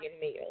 meal